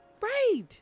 right